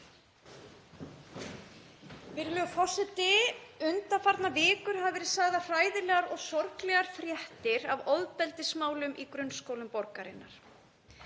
Virðulegur forseti. Undanfarnar vikur hafa verið sagðar hræðilegar og sorglegar fréttir af ofbeldismálum í grunnskólum borgarinnar.